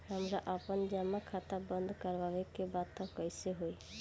हमरा आपन जमा खाता बंद करवावे के बा त कैसे होई?